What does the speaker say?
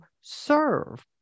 serve